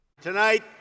Tonight